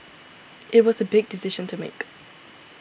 it was a big decision to make